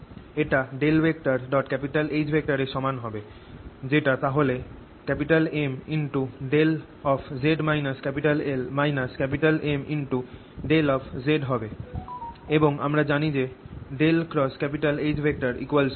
এটা H এর সমান হবে যেটা তাহলে Mδ Mδ হবে এবং আমরা জানি যে H0